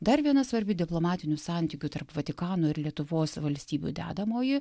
dar viena svarbi diplomatinių santykių tarp vatikano ir lietuvos valstybių dedamos į